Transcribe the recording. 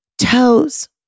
toes